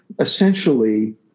essentially